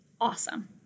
awesome